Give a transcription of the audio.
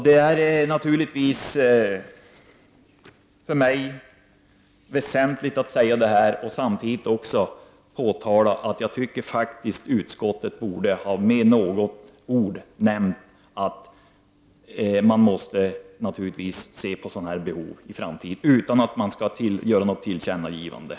Det är naturligtvis väsentligt för mig att få säga detta och samtidigt understryka att utskottet faktiskt, utan att det görs något tillkännagivande, borde ha med något ord framhållit att man måste räkna med sådana här behov i framtiden.